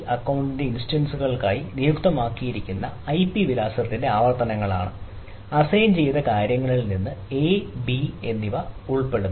account instance ചെയ്ത കാര്യങ്ങളിൽ നിന്ന് എ ബി എന്നിവ ഉൾപ്പെടുന്നു